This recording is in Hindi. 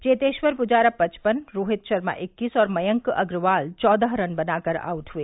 चेतेश्वर पुजारा पचपन रोहित शर्मा इक्कीस और मयंक अग्रवाल चौदह रन बनाकर आउट हुए